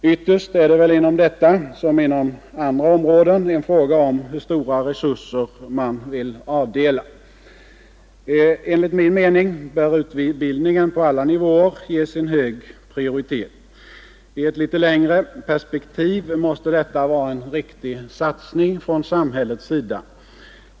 Ytterst är det väl inom detta som inom andra områden en fråga om hur stora resurser man vill avdela. Enligt min mening bör utbildningen på alla nivåer ges en hög prioritet. I ett litet längre perspektiv måste detta vara en riktig satsning från samhällets sida.